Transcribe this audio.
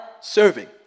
serving